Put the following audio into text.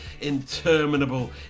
interminable